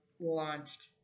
launched